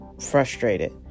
frustrated